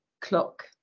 clock